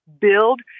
build